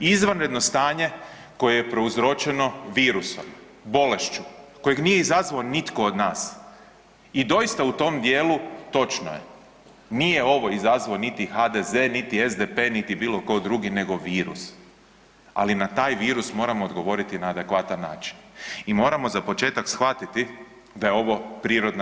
Izvanredno stanje koje je prouzročeno virusom, bolešću kojeg nije izazvao nitko od nas i doista u tom dijelu točno je, nije ovo izazvao niti HDZ, niti SDP, niti bilo ko drugi nego virus, ali na taj virus moramo odgovoriti na adekvatan način i moramo za početak shvatiti da je ovo prirodna